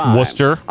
Worcester